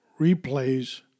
replays